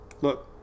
Look